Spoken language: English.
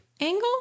angle